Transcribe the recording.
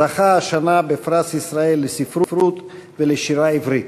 זכה השנה בפרס ישראל לספרות ולשירה עברית.